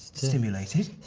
stimulated.